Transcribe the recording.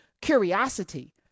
curiosity